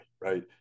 right